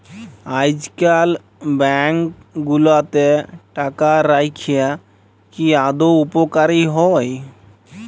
আইজকাল ব্যাংক গুলাতে টাকা রাইখা কি আদৌ উপকারী হ্যয়